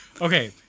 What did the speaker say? Okay